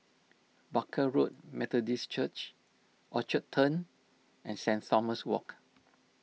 Barker Road Methodist Church Orchard Turn and Saint Thomas Walk